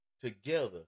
together